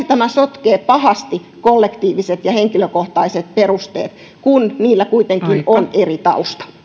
tämä sotkee pahasti kollektiiviset ja henkilökohtaiset perusteet kun niillä kuitenkin on eri tausta